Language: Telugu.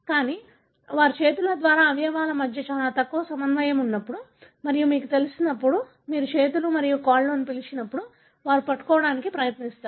కానీ వారి చేతులు లేదా అవయవాల మధ్య చాలా తక్కువ సమన్వయం ఉన్నప్పుడు మరియు మీకు తెలిసినప్పుడు మీరు చేతులు మరియు కాళ్లు అని పిలిచినప్పుడు వారు పట్టుకోడానికి ప్రయత్నిస్తారు